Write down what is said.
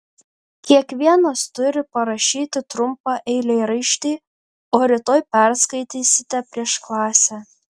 kiekvienas turi parašyti trumpą eilėraštį o rytoj perskaitysite prieš klasę